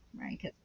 right